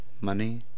Money